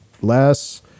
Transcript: less